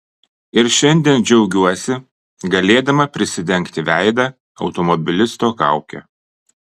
ir šiandien džiaugiuosi galėdama prisidengti veidą automobilisto kauke